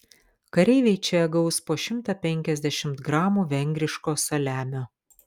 kareiviai čia gaus po šimtą penkiasdešimt gramų vengriško saliamio